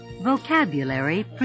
Vocabulary